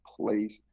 place